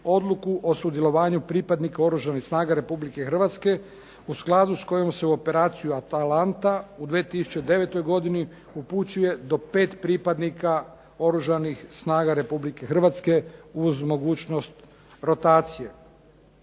odluku o sudjelovanju pripadnika Oružanih snaga Republike Hrvatske u skladu s kojom se Operacija Atalanta u 2009. upućuje do 5 pripadnike Oružanih snaga Republike Hrvatske uz mogućnost rotacije.